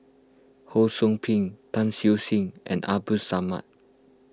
Ho Sou Ping Tan Siew Sin and Abdul Samad